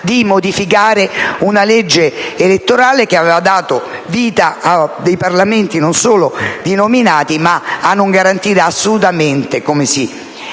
di modificare una legge elettorale che aveva dato vita a Parlamenti di nominati, senza garantire assolutamente - come si